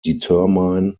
determine